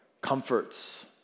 comforts